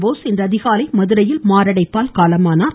போஸ் இன்று அதிகாலை மதுரையில் மாரடைப்பால் காலமானார்